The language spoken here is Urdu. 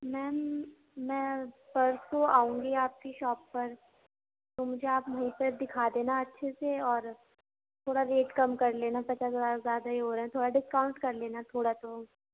میم میں پرسوں آؤں گی آپ کی شاپ پر تو مجھے آپ وہیں پہ دکھا دینا اچھے سے اور تھوڑا ریٹ کم کر لینا پچاس ہزار زیادہ ہی ہو رہیں تھوڑا ڈسکاؤنٹ کر لینا تھوڑا تو